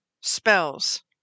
spells